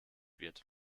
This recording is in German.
wird